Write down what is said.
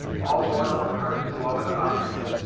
all loyal americans love and honor him,